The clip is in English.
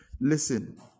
Listen